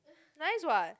nice what